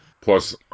Plus